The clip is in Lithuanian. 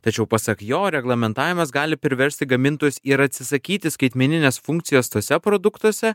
tačiau pasak jo reglamentavimas gali priversti gamintojus ir atsisakyti skaitmeninės funkcijos tuose produktuose